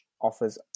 offers